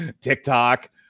TikTok